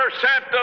percent